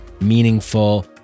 meaningful